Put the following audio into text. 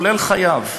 כולל חייו.